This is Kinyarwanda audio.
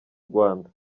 rwanda